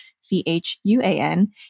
C-H-U-A-N